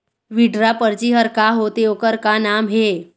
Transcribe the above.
Withdraw परची हर का होते, ओकर का काम हे?